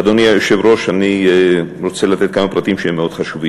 אדוני היושב-ראש, אני רוצה לתת כמה פרטים חשובים: